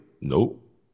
Nope